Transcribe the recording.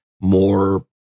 more